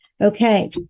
Okay